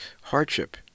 hardship